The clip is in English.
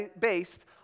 based